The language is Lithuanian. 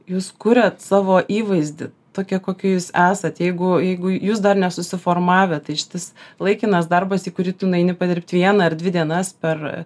jūs kuriat savo įvaizdį tokie kokie jūs esat jeigu jeigu jūs dar nesusiformavę tai šitas laikinas darbas į kurį tu nueini padirbt vieną ar dvi dienas per